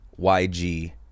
YG